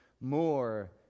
more